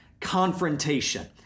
confrontation